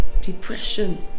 depression